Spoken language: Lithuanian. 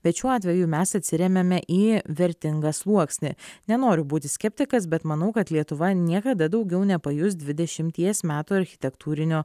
bet šiuo atveju mes atsiremiame į vertingą sluoksnį nenoriu būti skeptikas bet manau kad lietuva niekada daugiau nepajus dvidešimties metų architektūrinio